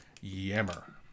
yammer